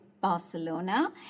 Barcelona